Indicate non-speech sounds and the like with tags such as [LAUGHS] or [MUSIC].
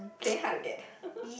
playing hard to get [LAUGHS]